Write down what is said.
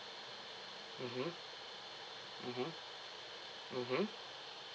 mmhmm mmhmm mmhmm